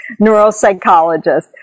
neuropsychologist